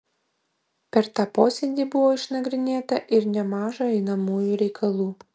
per tą posėdį buvo išnagrinėta ir nemaža einamųjų reikalų